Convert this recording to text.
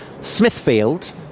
Smithfield